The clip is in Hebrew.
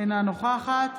אינה נוכחת